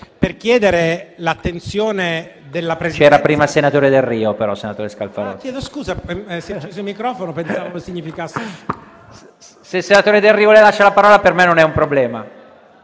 per chiedere l'attenzione della Presidenza,